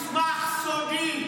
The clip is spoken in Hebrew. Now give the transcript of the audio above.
גנבת מסמך סודי,